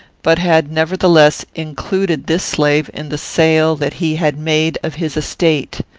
but had, nevertheless, included this slave in the sale that he had made of his estate.